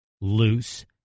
loose